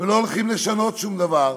ולא הולכים לשנות שום דבר,